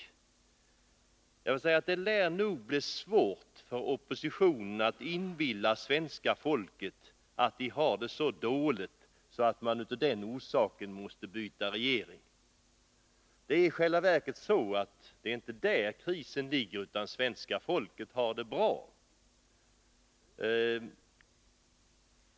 Jag vill säga att det lär nog bli svårt för oppositionen att inbilla svenska folket att det har det så dåligt att man av den orsaken måste byta regering. I själva verket är det inte där krisen ligger, utan svenska folket har det bra.